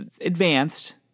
advanced